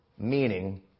Meaning